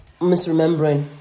misremembering